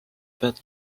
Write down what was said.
pead